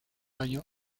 año